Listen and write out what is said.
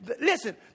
Listen